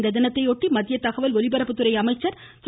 இத்தினத்தையொட்டி மத்திய தகவல் ஒலிபரப்புத்துறை அமைச்சர் திரு